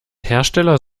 hersteller